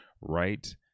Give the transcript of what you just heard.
right